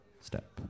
step